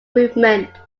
movement